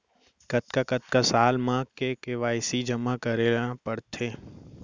कतका कतका साल म के के.वाई.सी जेमा करना पड़थे?